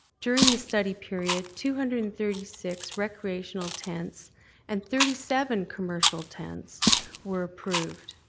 during the study period two hundred and thirty six recreational tents and thirty seven commercial tents were approved.